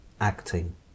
acting